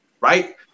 right